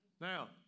Now